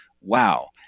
wow